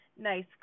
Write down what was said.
nice